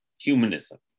humanism